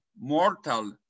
mortal